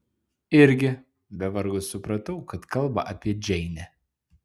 irgi be vargo supratau kad kalba apie džeinę